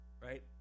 Right